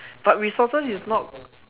but resources is not